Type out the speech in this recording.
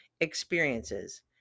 experiences